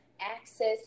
access